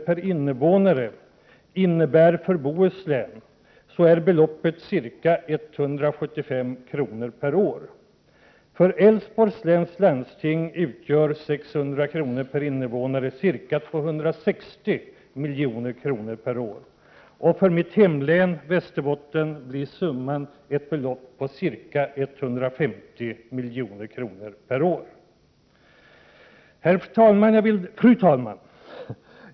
per invånare till vad beloppet innebär för Bohuslän, så är summan ca 175 milj.kr. per år. För Älvsborgs läns landsting utgör 600 kr. per invånare ca 260 milj.kr. per år. För mitt hemlän Västerbotten blir motsvarande belopp ca 150 milj.kr. per år. Fru talman!